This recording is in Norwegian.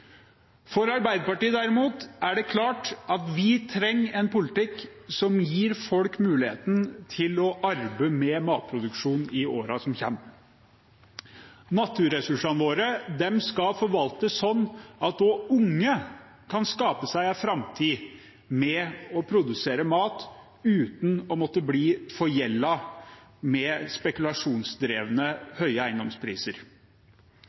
For Arbeiderpartiet derimot er det klart at vi trenger en politikk som gir folk mulighet til å arbeide med matproduksjon i årene som kommer. Naturressursene våre skal forvaltes slik at også unge kan skape seg en framtid med å produsere mat uten å måtte bli forgjeldet av spekulasjonsdrevne høye eiendomspriser. Den norske modellen med